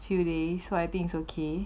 few days so I think is okay